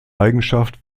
eigenschaft